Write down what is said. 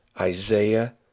Isaiah